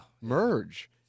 merge